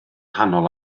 nghanol